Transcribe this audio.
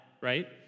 right